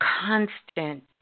constant